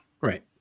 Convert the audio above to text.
Right